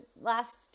last